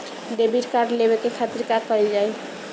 Debit card लेवे के खातिर का कइल जाइ?